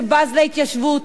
שבז להתיישבות,